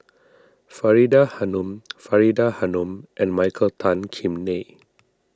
Faridah Hanum Faridah Hanum and Michael Tan Kim Nei